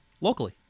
locally